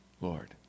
Lord